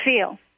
feel